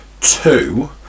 Two